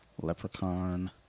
Leprechaun